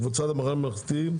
קבוצת המחנה הממלכתי.